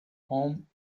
home